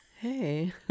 hey